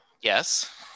yes